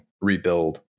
rebuild